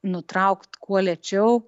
nutraukt kuo lėčiau